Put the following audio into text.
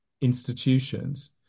institutions